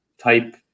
type